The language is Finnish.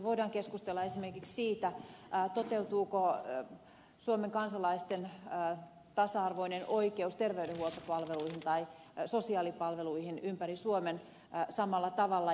voidaan keskustella esimerkiksi siitä toteutuuko suomen kansalaisten tasa arvoinen oikeus terveydenhuoltopalveluihin tai sosiaalipalveluihin ympäri suomen samalla tavalla